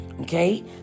okay